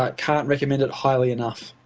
but can't recommend it highly enough.